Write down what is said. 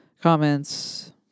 comments